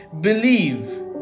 Believe